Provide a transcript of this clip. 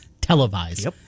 televised